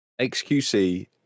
XQC